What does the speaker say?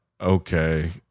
okay